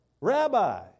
rabbi